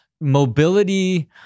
mobility